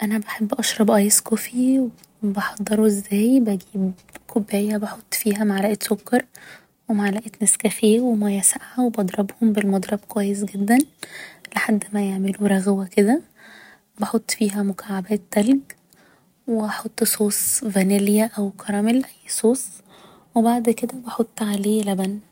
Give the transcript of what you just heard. أنا بحب اشرب ايس كوفي و بحضره ازاي بجيب كوباية بحط فيها معلقة سكر و معلقة نسكافيه و مياه ساقعة و بضربهم بالمضرب كويس جدا لحد ما يعملوا رغوة كده بحط فيها مكعبات تلج و احط صوص فانيليا او كراميل اي صوص و بعد كده بحط عليه لبن